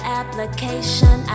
application